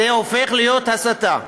זו הופכת להיות הסתה.